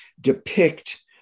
depict